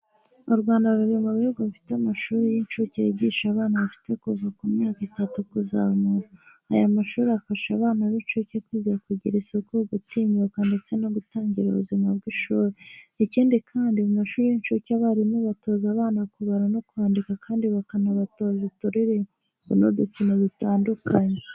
U Rwanda ruri mu bihugu bifite amashuri y'incuke yigisha abana bafite kuva ku myaka itatu kuzamura, aya mashuri afasha abana b'incuke kwiga kugira isuku, gutinyuka ndetse no gutangira ubuzima bw'ishuri. Ikindi kandi mu mashuri y'incuke abarimu batoza abana kubara no kwandika kandi bakanabatoza uturirimbo n'udukino dutandukanye.